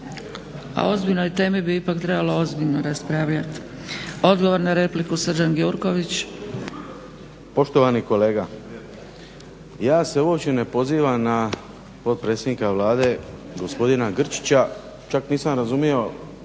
O ozbiljnoj temi bi ipak trebalo ozbiljno raspravljati. Odgovor na repliku Srđan Gjurković. **Gjurković, Srđan (HNS)** Poštovani kolega, ja se uopće ne pozivam na potpredsjednika Vlade gospodina Grčića, čak nisam razumio